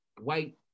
white